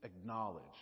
acknowledge